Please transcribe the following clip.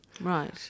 right